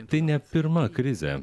tai ne pirma krizė